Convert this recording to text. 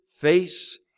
face